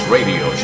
Radio